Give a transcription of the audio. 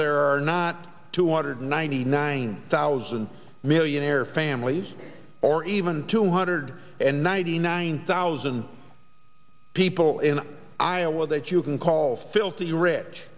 there are not two hundred ninety nine thousand millionaire families or even two hundred and ninety nine thousand people in iowa that you can call filthy rich